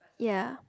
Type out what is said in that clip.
yeah